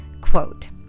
Quote